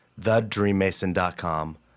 TheDreamMason.com